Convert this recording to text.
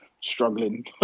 struggling